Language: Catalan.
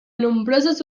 nombroses